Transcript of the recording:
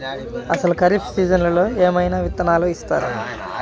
అసలు ఖరీఫ్ సీజన్లో ఏమయినా విత్తనాలు ఇస్తారా?